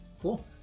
Cool